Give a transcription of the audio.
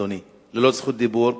אדוני, ללא זכות דיבור,